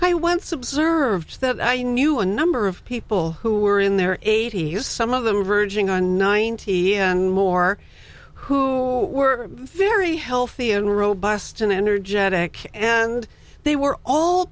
i once observed that i knew a number of people who were in their eighty use some of them verging on ninety and more who were very healthy and robust and energetic and they were all